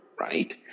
right